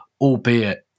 albeit